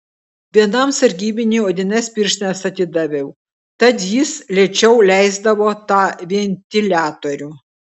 vienam sargybiniui odines pirštines atidaviau tad jis lėčiau leisdavo tą ventiliatorių